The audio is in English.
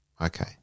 Okay